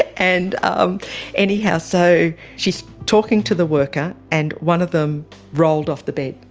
and um anyhow, so she is talking to the worker, and one of them rolled off the bed.